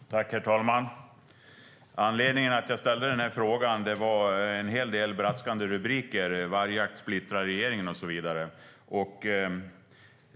STYLEREF Kantrubrik \* MERGEFORMAT Svar på interpellationerHerr talman! Anledningen till att jag ställde frågan var en hel del braskande rubriker, som att vargjakt splittrar regeringen.